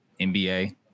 nba